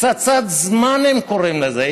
"פצצת זמן", הם קוראים לזה.